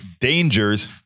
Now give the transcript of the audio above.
dangers